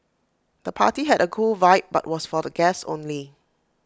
the party had A cool vibe but was for guests only